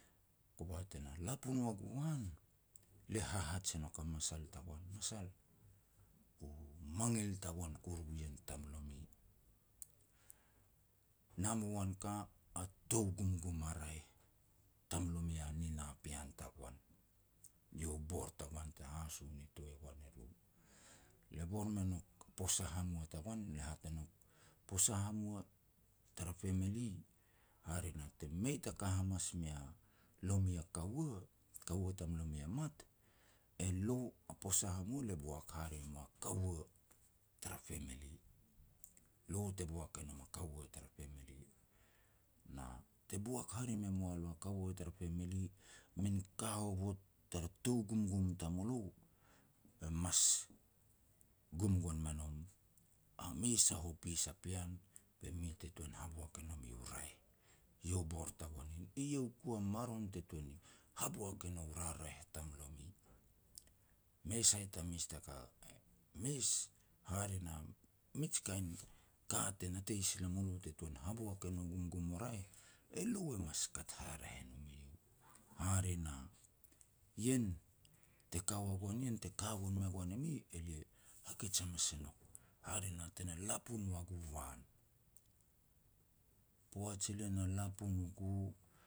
Kova te na lapun ua gu an, le hahaj e nouk a masal tagoan, "Masal u mangil tagoan kuru ien tamlomi. Namba wan ka, a tou gumgum a raeh tamlomi a nina pean tagoan." Iau bor tagoan te haso nitoi goan e ru. Le bor me nouk posa hamua tagoan be lia hat e nouk, "Posa hamua tara family, hare na, te mei ta ka hamas mea lomi a kaua, kaua tamlomi e mat, elo a posa hamua le boak hare mua kaua tara family. Lo te boak e nom a kaua tara family. Na te boak hare me mua lo a kaua tara family, min ka hovot tara tou gumgum tamulo, le mas gum gon me nom a mes a hopis a pean be mi te tuan haboak e no mi u raeh. Eiau u bor tagoan ien, eiau ku a maron te tuan ni haboak e nau raraeh tamlomi, mei sai ta mes ta ka. Mes, hare na, mij kain ka te natei sil e mulo te tuan haboak e no gumgum u raeh, elo e mas kat haraeh e nom eiau. Hare na, ien, te ka ua goan ien te ka gon me goan e mi, elia hakej hamas e nouk, hare na te na lapun ua gu an. Poaj elia na lapun gu